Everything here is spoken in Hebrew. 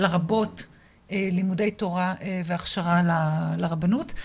לרבות לימודי תורה והכשרה לרבנות.